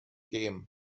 game